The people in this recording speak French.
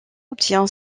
obtient